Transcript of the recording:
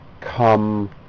come